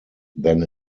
than